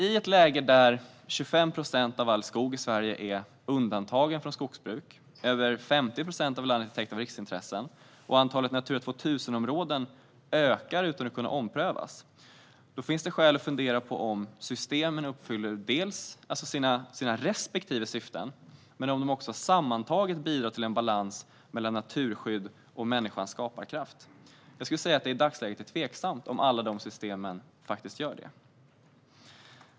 I ett läge där 25 procent av all skog i Sverige är undantagen från skogsbruk, över 50 procent av landet är täckt av riksintressen och antalet Natura 2000-områden ökar utan att kunna omprövas finns det skäl att fundera på om systemen uppfyller sina respektive syften och om de sammantaget bidrar till en balans mellan naturskydd och människans skaparkraft. Jag skulle säga att det i dagsläget är tveksamt om alla de systemen gör det.